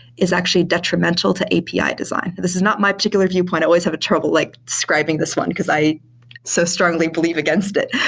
is actually detrimental to api design. this is not my particular viewpoint. i always have a trouble like describing this one, because i so strongly believe against it.